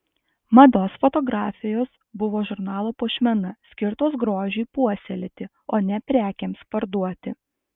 mados fotografijos buvo žurnalo puošmena skirtos grožiui puoselėti o ne prekėms parduoti